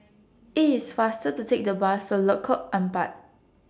IT IS faster to Take The Bus to Lengkok Empat